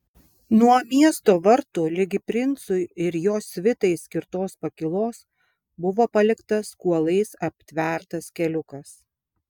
nuo miesto vartų ligi princui ir jo svitai skirtos pakylos buvo paliktas kuolais aptvertas keliukas